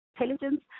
intelligence